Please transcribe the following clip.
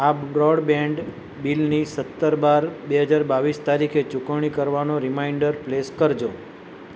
આ બ્રોડબેન્ડ બિલની સત્તર બાર બે હજાર બાવીસ તારીખે ચૂકવણી કરવાનો રીમાઈન્ડર પ્લેસ કરજો